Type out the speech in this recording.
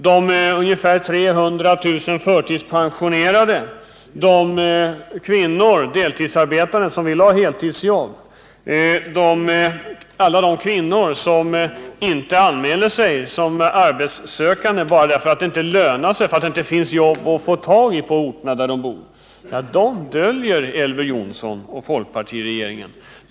De ungefär 300 000 förtidspensionerade, de deltidsarbetande kvinnor som vill ha heltidsjobb, alla de kvinnor som inte anmäler sig som arbetssökande därför att det inte lönar sig, därför att det inte finns jobb att få tag i på orterna där de bor —-de grupperna döljer Elver Jonsson och folkpartiregeringen.